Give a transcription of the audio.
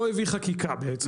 רק לומר שהוא לא הביא חקיקה בעצם.